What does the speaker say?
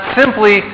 simply